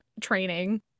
training